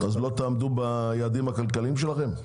לא תעמדו ביעדים הכלכליים שלכם?